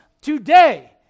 today